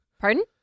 Pardon